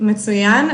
מצוין,